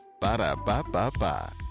Ba-da-ba-ba-ba